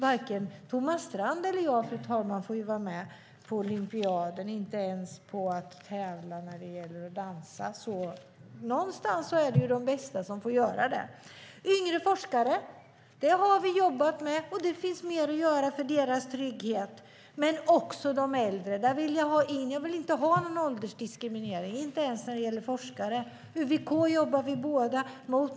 Varken Thomas Strand eller jag får ju, fru talman, vara med på olympiaden, och vi får inte ens tävla när det gäller att dansa. Någonstans är det de bästa som får göra det. Yngre forskare har vi jobbat med. Det finns mer att göra för deras trygghet men också för de äldre. Jag vill inte ha någon åldersdiskriminering, inte ens när det gäller forskare. UVK jobbar vi båda gentemot.